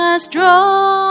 strong